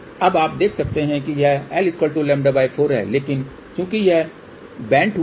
अब आप देख सकते हैं कि यह lλ4 है लेकिन चूंकि यह मुड़ा हुआ है